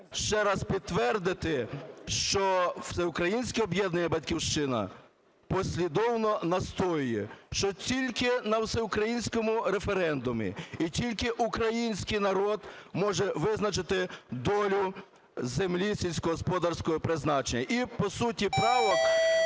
ще раз підтвердити, що "Всеукраїнське об'єднання "Батьківщина" послідовно настоює, що тільки на всеукраїнському референдумі і тільки український народ може визначити долю землі сільськогосподарського призначення. І по суті правок.